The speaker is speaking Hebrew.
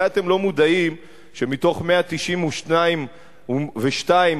אולי אתם לא מודעים לכך שמתוך 192 המדינות